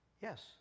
Yes